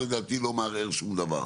סגן לא בשכר לדעתי לא מערער שום דבר,